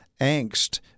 angst